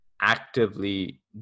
actively